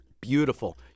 Beautiful